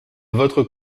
votre